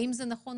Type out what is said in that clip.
האם זה נכון?